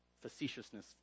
facetiousness